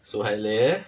suhail